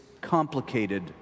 complicated